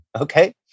okay